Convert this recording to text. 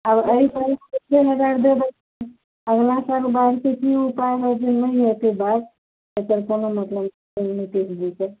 आब एहि अगिला साल भरतीके की उपाय होइ छै नहि होइ छै इलेक्शनोमे नहि कोनो नीतीशजीके